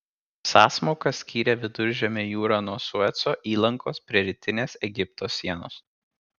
sąsmauka skyrė viduržemio jūrą nuo sueco įlankos prie rytinės egipto sienos